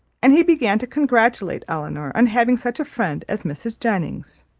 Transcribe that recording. and he began to congratulate elinor on having such a friend as mrs. jennings.